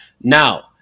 Now